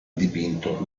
dipinto